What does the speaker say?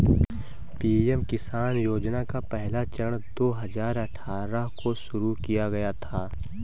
PM किसान योजना का पहला चरण दो हज़ार अठ्ठारह को शुरू किया गया था